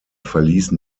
verließen